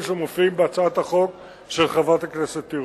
שמופיעים בהצעת החוק של חברת הכנסת תירוש.